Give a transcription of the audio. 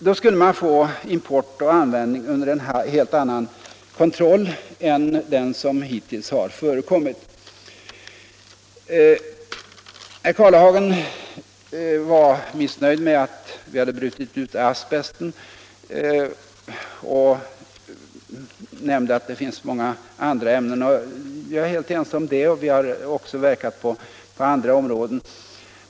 Då skulle man få import och användning under en helt annan kontroll än den som hittills har förekommit. Herr Karlehagen var missnöjd med att vi hade brutit ut asbesten och nämnde, att det finns många andra farliga ämnen. Jag håller helt med om detta, och vi har också verkat för åtgärder på andra områden.